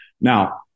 Now